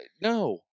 no